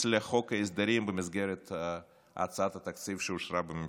לחוק ההסדרים במסגרת הצעת התקציב שאושרה בממשלה.